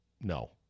no